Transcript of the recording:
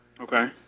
Okay